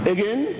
Again